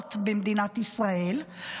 ההילולות במדינת ישראל,